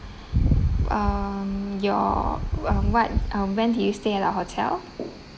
um your um what uh when did you stay at our hotel